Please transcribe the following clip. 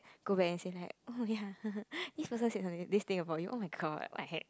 go back and say like oh ya this person said something this thing about you oh-my-god what the heck